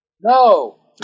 No